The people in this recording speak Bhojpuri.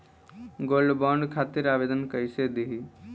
गोल्डबॉन्ड खातिर आवेदन कैसे दिही?